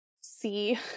see